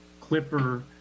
Clipper